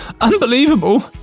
Unbelievable